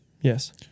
Yes